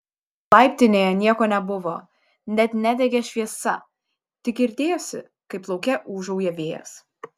laiptinėje nieko nebuvo net nedegė šviesa tik girdėjosi kaip lauke ūžauja vėjas